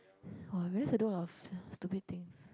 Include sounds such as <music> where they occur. !wah! I realise I do a lot of <breath> stupid things